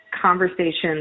conversations